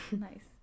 Nice